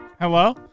hello